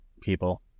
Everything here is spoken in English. people